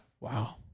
Wow